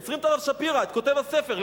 עוצרים את הרב שפירא, כותב הספר.